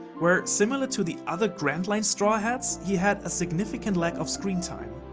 where similar to the other grand-line straw hats, he had a significant lack of screen time.